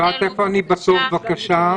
יפעת, איפה אני בתור, בבקשה?